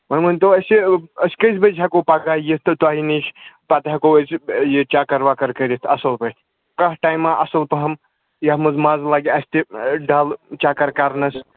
وۄنۍ ؤنۍتو اَسہِ أسۍ کٔژِ بَجہِ ہٮ۪کو پگاہ یِتھ تہٕ تۄہہِ نِش پَتہٕ ہٮ۪کو أسۍ یہِ چَکَر وَکَر کٔرِتھ اَصٕل پٲٹھۍ کانٛہہ ٹایمَہ اَصٕل پَہَم یَتھ منٛز مَزٕ لَگہِ اَسہِ تہِ ڈَل چَکَر کَرنَس